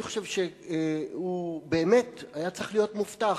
אני חושב שהוא באמת היה צריך להיות מופתע.